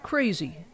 Crazy